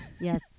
Yes